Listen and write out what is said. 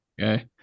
Okay